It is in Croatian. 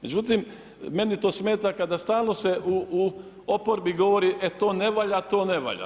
Međutim, meni to smeta kada stalno se u oporbi govori, e to ne valja, to ne valja.